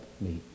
meet